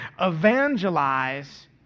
evangelize